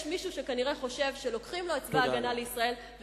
יש מישהו שכנראה חושב שלוקחים לו את צבא-הגנה לישראל,